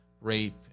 rape